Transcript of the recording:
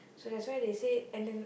so that's way they say and then